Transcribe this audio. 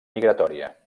migratòria